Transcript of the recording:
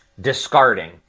Discarding